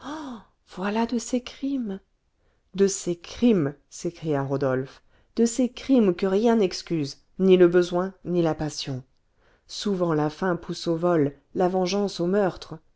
voilà de ces crimes de ces crimes s'écria rodolphe de ces crimes que rien n'excuse ni le besoin ni la passion souvent la faim pousse au vol la vengeance au meurtre